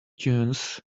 tunes